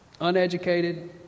Uneducated